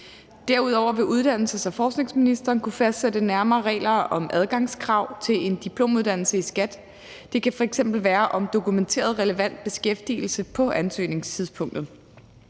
Derudover vil uddannelses- og forskningsministeren kunne fastsætte nærmere regler om adgangskrav til en diplomuddannelse i skat. Det kan f.eks. være om dokumenteret relevant beskæftigelse på ansøgningstidspunktet.